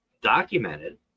documented